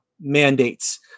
mandates